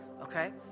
okay